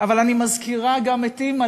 אבל אני מזכירה גם את אימא,